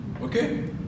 okay